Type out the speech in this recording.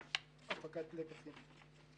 הפקת לקחים.